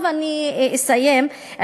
אני אסיים עכשיו.